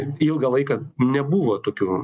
ilgą laiką nebuvo tokių